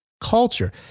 culture